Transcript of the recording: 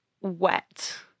wet